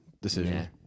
decision